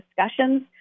discussions